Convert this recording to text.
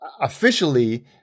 officially